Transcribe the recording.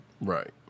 Right